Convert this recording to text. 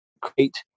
create